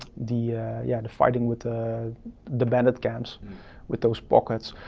the yeah the fighting with the bandit camps with those buckets.